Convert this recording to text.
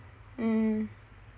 mm